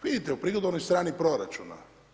Vidite u prihodovnoj strani proračuna.